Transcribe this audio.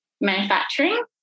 manufacturing